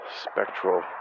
spectral